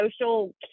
social